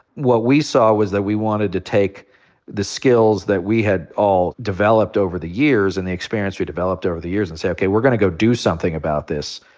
what we saw was that we wanted to take the skills that we had all developed over the years and the experience we developed over the years and say, okay, we're going to go do something about this.